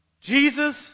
Jesus